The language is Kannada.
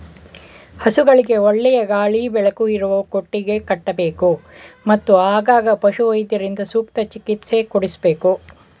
ಹಸುಗಳಿಗೆ ಒಳ್ಳೆಯ ಗಾಳಿ ಬೆಳಕು ಇರುವ ಕೊಟ್ಟಿಗೆ ಕಟ್ಟಬೇಕು, ಮತ್ತು ಆಗಾಗ ಪಶುವೈದ್ಯರಿಂದ ಸೂಕ್ತ ಚಿಕಿತ್ಸೆ ಕೊಡಿಸಬೇಕು